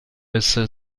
essere